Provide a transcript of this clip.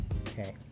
Okay